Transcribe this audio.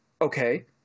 okay